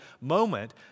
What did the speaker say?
moment